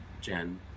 Jen